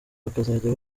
bakazajya